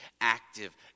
active